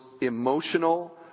emotional